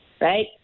right